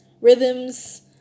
rhythms